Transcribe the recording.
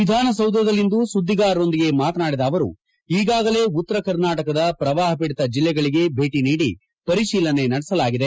ವಿಧಾನಸೌಧದಲ್ಲಿಂದು ಸುದ್ದಿಗಾರರೊಂದಿಗೆ ಮಾತನಾಡಿದ ಅವರು ಈಗಾಗಲೇ ಉತ್ತರ ಕರ್ನಾಟಕದ ಪ್ರವಾಪಪೀಡಿತ ಜಿಲ್ಲೆಗಳಿಗೆ ಭೇಟಿ ನೀಡಿ ಪರಿತೀಲನೆ ನಡೆಸಲಾಗಿದೆ